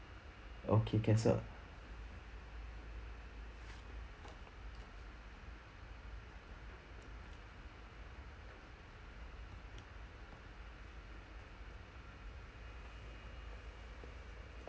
okay can sir